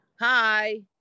hi